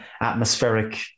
atmospheric